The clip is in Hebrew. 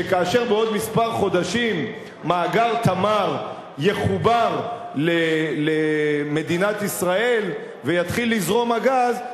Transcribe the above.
שכאשר בעוד כמה חודשים מאגר "תמר" יחובר למדינת ישראל ויתחיל לזרום הגז,